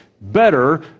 better